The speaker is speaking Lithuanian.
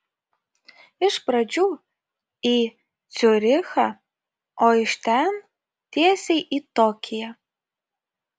iš pradžių į ciurichą o iš ten tiesiai į tokiją